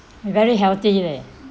very healthy leh